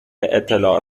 اطلاع